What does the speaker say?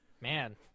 Man